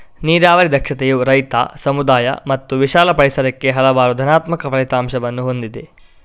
ನೀರಾವರಿ ದಕ್ಷತೆಯು ರೈತ, ಸಮುದಾಯ ಮತ್ತು ವಿಶಾಲ ಪರಿಸರಕ್ಕೆ ಹಲವಾರು ಧನಾತ್ಮಕ ಫಲಿತಾಂಶಗಳನ್ನು ಹೊಂದಿದೆ